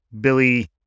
Billy